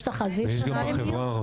ויש גם את החברה הערבית,